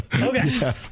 Okay